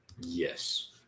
Yes